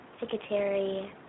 Secretary